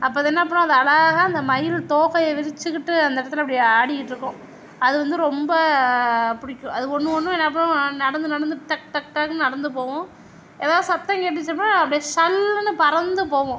அப்போ அது என்ன பண்ணும் அது அழகாக அந்த மயில் தோகையை விரிச்சிகிட்டு அந்த இடத்துல அப்படி ஆடிகிட்டுருக்கும் அது வந்து ரொம்ப பிடிக்கும் அது ஒன்று ஒன்றும் என்ன பண்ணும் நடந்து நடந்து டக் டக் டக்ன்னு நடந்து போவும் எதா சத்தம் கேட்டுச்சின்னா அப்டே சல்லுன்னு பறந்து போவும்